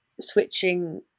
switching